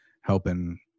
helping